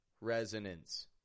resonance